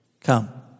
come